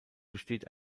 besteht